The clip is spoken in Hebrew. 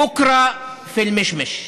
בוקרה פיל מישמיש,